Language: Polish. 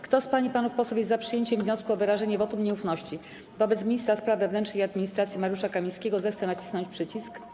Kto z pań i panów posłów jest za przyjęciem wniosku o wyrażenie wotum nieufności wobec ministra spraw wewnętrznych i administracji Mariusza Kamińskiego, zechce nacisnąć przycisk.